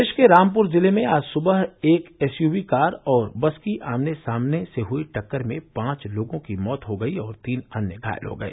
प्रदेश के रामपुर जिले में आज सुबह एक एसयूवी कार और बस की आमने सामने से हुई टक्कर में पांच लोगों की मौत हो गयी और तीन अन्य घायल हो गए